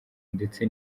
ndetse